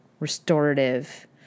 restorative